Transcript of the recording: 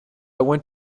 went